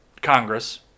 Congress